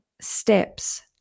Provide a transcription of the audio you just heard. steps